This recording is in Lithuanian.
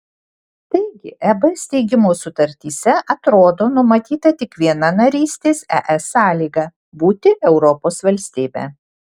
taigi eb steigimo sutartyse atrodo numatyta tik viena narystės es sąlyga būti europos valstybe